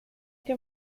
que